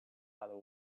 other